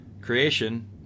creation